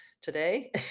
today